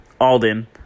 Alden